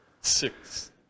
six